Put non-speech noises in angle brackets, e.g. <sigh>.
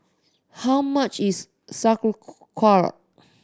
how much is <unintelligible>